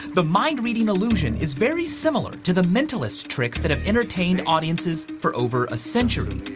the mind reading illusion is very similar to the mentalist tricks that have entertained audiences for over a century.